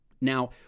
Now